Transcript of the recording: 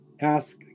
ask